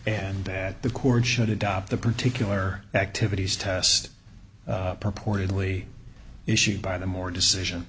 and that the court should adopt the particular activities test purportedly issued by the more decision